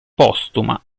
postuma